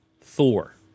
Thor